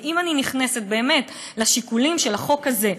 ואם אני נכנסת באמת לשיקולים של החוק הזה,